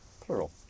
plural